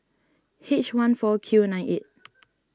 H one four Q nine eight